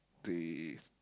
they